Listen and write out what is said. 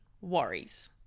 worries